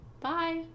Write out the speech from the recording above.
bye